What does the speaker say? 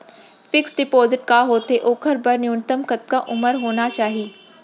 Fix deposit का होथे ओखर बर न्यूनतम कतका उमर होना चाहि?